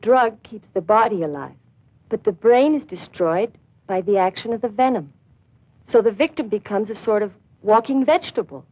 drug keep the body alive but the brain is destroyed by the action of the venom so the victim becomes a sort of walking vegetable